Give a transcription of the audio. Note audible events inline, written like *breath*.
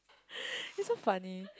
*breath* it's so funny